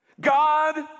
God